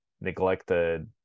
neglected